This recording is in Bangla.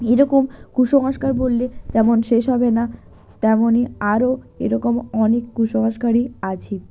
এরকম কুসংস্কার বললে তেমন শেষ হবে না তেমনই আরও এরকম অনেক কুসংস্কারই আছে